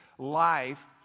life